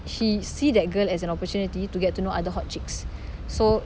he see that girl as an opportunity to get to know other hot chicks so